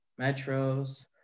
metros